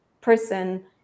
person